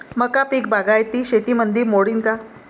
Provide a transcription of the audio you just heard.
मका पीक बागायती शेतीमंदी मोडीन का?